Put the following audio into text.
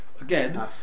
Again